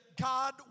God